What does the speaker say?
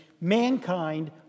mankind